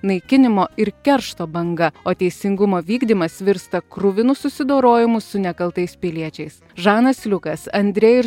naikinimo ir keršto banga o teisingumo vykdymas virsta kruvinu susidorojimu su nekaltais piliečiais žanas liukas andrejui ir